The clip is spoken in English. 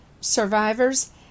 survivors